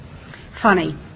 funny